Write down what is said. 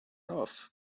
off